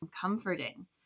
comforting